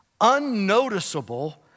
unnoticeable